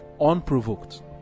unprovoked